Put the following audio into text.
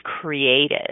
created